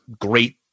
great